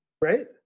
right